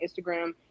Instagram